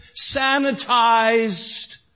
sanitized